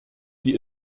die